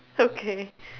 okay